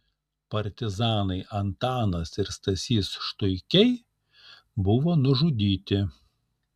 partizanai antanas ir stasys štuikiai buvo nužudyti